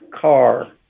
car